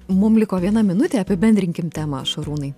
mum liko viena minutė apibendrinkim temą šarūnai